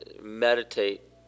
meditate